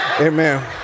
Amen